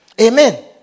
Amen